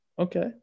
Okay